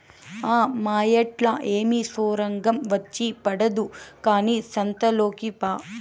ఆ మాయేట్లా ఏమి సొరంగం వచ్చి పడదు కానీ సంతలోకి పా